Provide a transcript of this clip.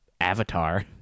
Avatar